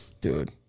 dude